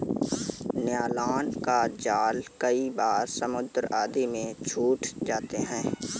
nylon का जाल कई बार समुद्र आदि में छूट जाते हैं